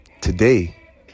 today